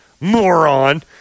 Moron